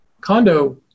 condo